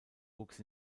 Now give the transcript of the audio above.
wuchs